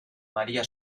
maría